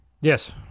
Yes